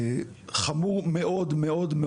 חמור מאוד מאוד,